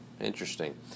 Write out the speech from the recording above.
Interesting